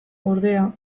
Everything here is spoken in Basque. ordea